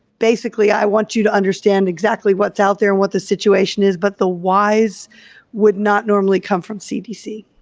basically i want you to understand exactly what's out there, what the situation is but the whys would not normally come from cdc.